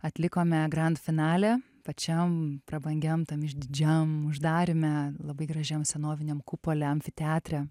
atlikome grand finale pačiam prabangiam tam išdidžiam uždaryme labai gražiam senoviniam kupole amfiteatre